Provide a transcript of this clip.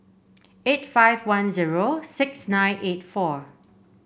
eight five one zero six nine eight four